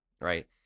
Right